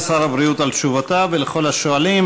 לסגן שר הבריאות על תשובותיו, ולכל השואלים.